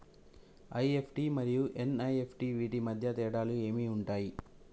EFT మరియు NEFT వీటి మధ్య తేడాలు ఏమి ఉంటాయి?